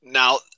Now